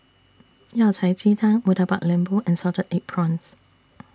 Yao Cai Ji Tang Murtabak Lembu and Salted Egg Prawns